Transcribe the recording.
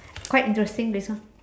quite interesting this one